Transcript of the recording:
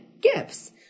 gifts